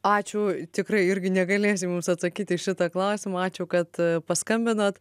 ačiū tikrai irgi negalėsim jums atsakyt į šitą klausimą ačiū kad paskambinot